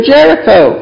Jericho